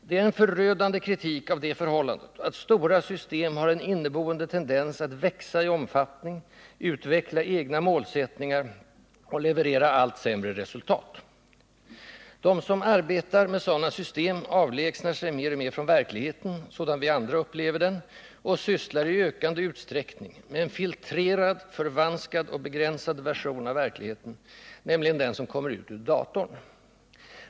Det är en förödande analys av det förhållandet att stora system har en inboende tendens att växa i omfattning, utveckla egna målsättningar och leverera allt sämre resultat. De som arbetar med sådana system avlägsnar sig mer och mer från verkligheten, sådan vi andra upplever den, och sysslar i ökande utsträckning med en filtrerad, förvanskad och begränsad version av verkligheten, nämligen den som kommer ut ur datorn.